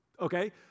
Okay